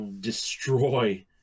destroy